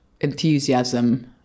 enthusiasm